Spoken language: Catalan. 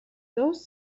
dos